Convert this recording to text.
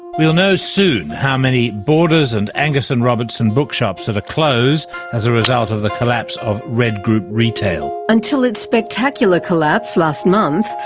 we'll know soon how many borders and angus and robertson bookshops that are closed as a result of the collapse of redgroup retail. until its spectacular collapse last month,